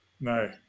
No